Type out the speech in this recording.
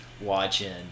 Watching